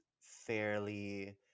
fairly